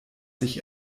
sich